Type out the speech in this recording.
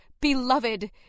beloved